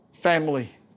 family